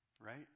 Right